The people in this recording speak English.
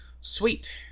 Sweet